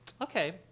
Okay